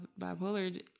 bipolar